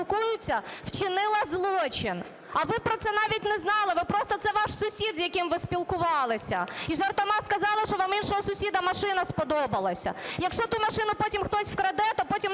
спілкуються, вчинила злочин, а ви про це навіть не знали, ви просто... це ваш сусід, з яким ви спілкувалися, і жартома сказали, що вам іншого сусіда машина сподобалася. Якщо ту машину потім хтось вкраде, то потім